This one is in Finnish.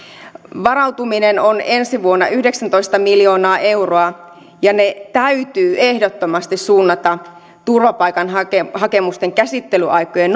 varautuminen on ensi vuonna yhdeksäntoista miljoonaa euroa ja ne rahat täytyy ehdottomasti suunnata turvapaikkahakemusten käsittelyaikojen